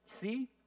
see